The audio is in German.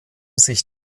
sich